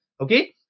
okay